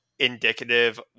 indicative